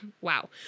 wow